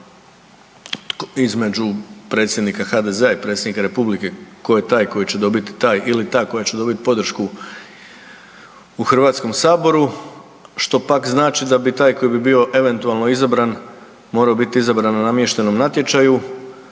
između predsjednika HDZ-a i Predsjednika Republike tko je taj koji će dobiti, ili ta koja će dobiti podršku u Hrvatskom saboru što pak znači da taj koji bi bio eventualno izabran morao biti izabran na namještenom natječaju.